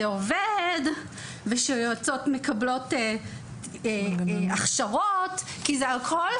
עובד ושיועצות מקבלות הכשרות כי זה הכול,